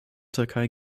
türkei